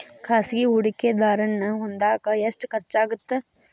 ಖಾಸಗಿ ಹೂಡಕೆದಾರನ್ನ ಹೊಂದಾಕ ಎಷ್ಟ ಖರ್ಚಾಗತ್ತ